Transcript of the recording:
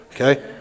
Okay